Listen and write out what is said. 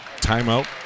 timeout